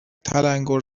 تلنگور